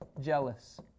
jealous